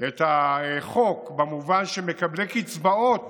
את החוק במובן שמקבלי קצבאות